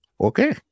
Okay